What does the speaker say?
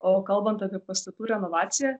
o kalbant apie pastatų renovaciją